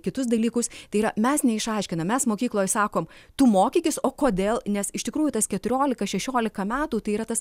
kitus dalykus tai yra mes neišaiškinam mes mokykloje sakom tu mokykis o kodėl nes iš tikrųjų tas keturiolika šešiolika metų tai yra tas